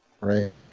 right